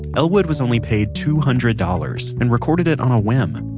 elwood was only paid two hundred dollars and recorded it on a whim.